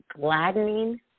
gladdening